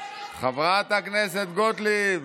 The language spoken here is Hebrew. חברת הכנסת גוטליב.